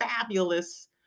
fabulous